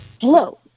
Hello